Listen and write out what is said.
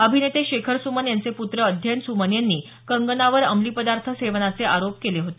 अभिनेते शेखर सुमन यांचे पुत्र अध्ययन सुमन यांनी कंगनावर अंमली पदार्थ सेवनाचे आरोप केले होते